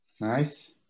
Nice